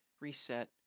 reset